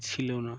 ছিল না